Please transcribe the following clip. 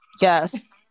Yes